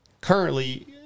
currently